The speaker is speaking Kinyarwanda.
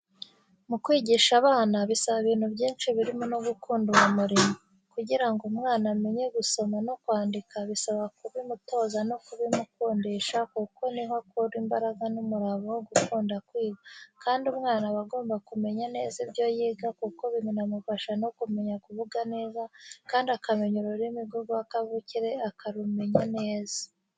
Mu kwigisha abana bisaba ibintu byinshi birimo no gukunda uwo murimo, kugira ngo umwana amenye gusoma no kwandika bisaba kubimutoza no kubimukundisha kuko ni ho akura imbaraga n'umurava wo gukunda kwiga, kandi umwana aba agomba kumenya neza ibyo yiga kuko binamufasha no kumenya kuvuga neza kandi akamenya ururimi rwe kavukire, akarumenya neza.